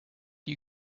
you